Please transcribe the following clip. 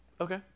Okay